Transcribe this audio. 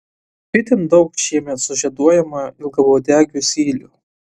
itin daug šiemet sužieduojama ilgauodegių zylių